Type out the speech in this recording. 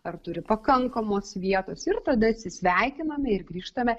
ar turi pakankamos vietos ir tada atsisveikiname ir grįžtame